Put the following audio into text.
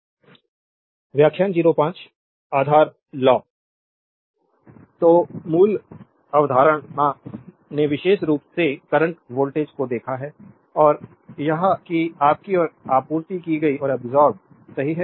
electrical engineering के बुनियादी ढांचे prof Debapriya Das electrical engineering विभाग भारतीय प्रौद्योगिकी संस्थान खड़गपुर व्याख्यान - 05 आधार लॉ तो मूल अवधारणा ने विशेष रूप से करंट वोल्टेज को देखा है और यह कि आपकी और आपूर्ति की गई और अब्सोर्बेद सही है